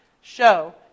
show